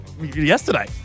yesterday